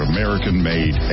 American-made